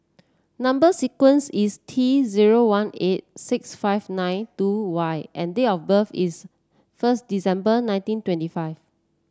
number sequence is T zero one eight six five nine two Y and date of birth is first December nineteen twenty five